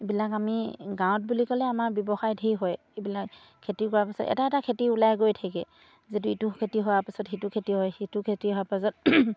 এইবিলাক আমি গাঁৱত বুলি ক'লে আমাৰ ব্যৱসায় ঢেৰ হয় এইবিলাক খেতি কৰাৰ পাছত এটা এটা খেতি ওলাই গৈ থাকে যিটো ইটো খেতি হোৱাৰ পিছত সিটো খেতি হয় সিটো খেতি হোৱাৰ পাছত